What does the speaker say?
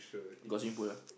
got swimming pool ah